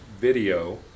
video